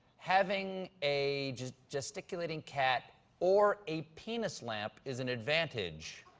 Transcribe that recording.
having a gesticulating cat or a penis lamp is an advantage.